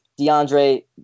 DeAndre